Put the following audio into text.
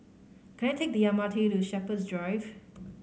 can I take the M R T to Shepherds Drive